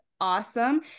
awesome